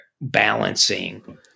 balancing